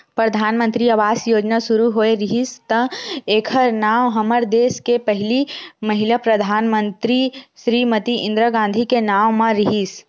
परधानमंतरी आवास योजना सुरू होए रिहिस त एखर नांव हमर देस के पहिली महिला परधानमंतरी श्रीमती इंदिरा गांधी के नांव म रिहिस